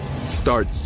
Start